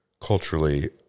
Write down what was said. culturally